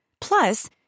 Plus